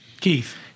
Keith